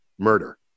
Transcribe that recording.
murder